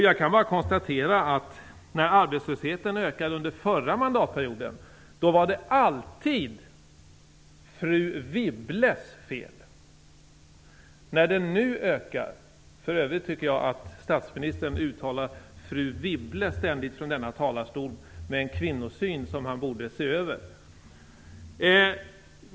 Jag kan bara konstatera att det när arbetslösheten ökade under den förra mandatperioden alltid var fru Wibbles fel; för övrigt tycker jag att statsministern uttalar fru Wibble från denna talarstol med en kvinnosyn som han borde se över.